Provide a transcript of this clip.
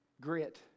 grit